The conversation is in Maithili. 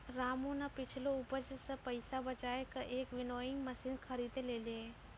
रामू नॅ पिछलो उपज सॅ पैसा बजाय कॅ एक विनोइंग मशीन खरीदी लेलकै